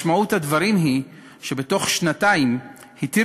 משמעות הדברים היא שבתוך שנתיים התיר